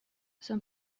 son